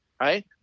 Right